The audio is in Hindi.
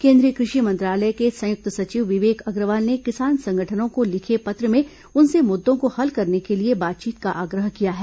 केंद्रीय कृषि मंत्रालय के संयुक्त सचिव विवेक अग्रवाल ने किसान संगठनों को लिखे पत्र में उनसे मुद्दों को हल करने के लिए बातचीत का आग्रह किया है